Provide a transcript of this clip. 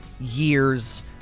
years